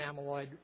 amyloid